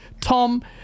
tom